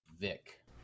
Vic